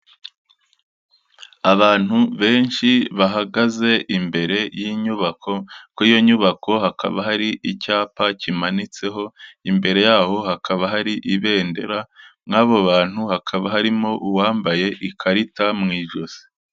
Abantu benshi bahagaze imbere y'inyubako, kuri iyo nyubako hakaba hari icyapa kimanitseho, imbere yabo hakaba hari ibendera, muri abo bantu hakaba harimo uwambaye ikarita mu ijosi.